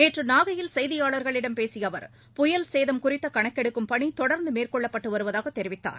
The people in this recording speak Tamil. நேற்றுநாகையில் செய்தியாளர்களிடம் பேசியஅவர் புயல் சேதமகுறித்தகணக்கெடுக்கும் பணி தொடர்ந்துமேற்கொள்ளப்பட்டுவருவதாகதெரிவித்தார்